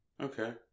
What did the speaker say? Okay